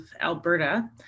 Alberta